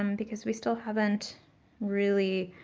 um because we still haven't really,